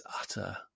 utter